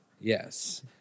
Yes